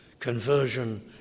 Conversion